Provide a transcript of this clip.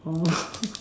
oh